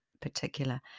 particular